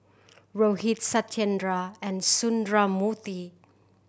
Rohit Satyendra and Sundramoorthy